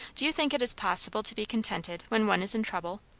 do you think it is possible to be contented when one is in trouble?